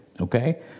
okay